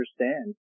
understand